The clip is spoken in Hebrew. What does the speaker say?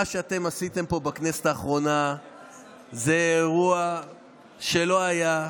מה שאתם עשיתם פה בכנסת האחרונה זה אירוע שלא היה.